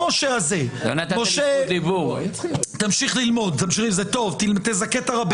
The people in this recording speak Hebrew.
משה, תמשיך ללמוד, תזכה את הרבים.